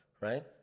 right